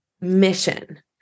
mission